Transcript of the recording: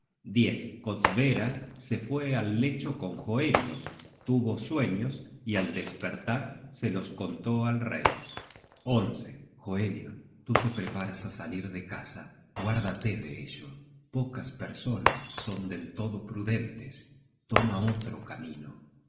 desagradables kostbera se fue al lecho con hoenio tuvo sueños y al despertar se los contó al rey hoenio tú le preparas á salir de casa guárdate de ello pocas personas son del todo prudentes toma otro camino